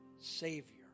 Savior